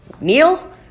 Neil